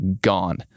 gone